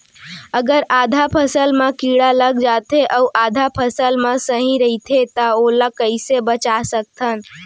अगर आधा फसल म कीड़ा लग जाथे अऊ आधा फसल ह सही रइथे त ओला कइसे बचा सकथन?